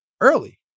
early